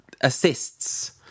assists